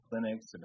clinics